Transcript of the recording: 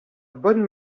bonne